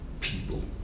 people